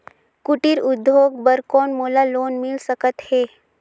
कुटीर उद्योग बर कौन मोला लोन मिल सकत हे?